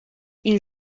une